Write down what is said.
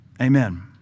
Amen